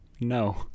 No